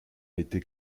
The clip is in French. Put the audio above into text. été